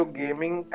gaming